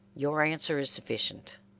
your answer is sufficient.